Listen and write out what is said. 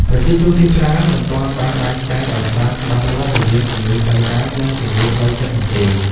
ប្រជាជនភាគច្រើនមិនទាន់បានបែងចែកឱ្យបានច្បាស់លាស់រវាងជំងឺផ្លូវកាយ និងជំងឺផ្លូវចិត្តនោះទេ។